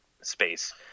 space